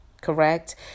correct